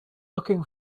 looking